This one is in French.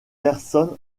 personnes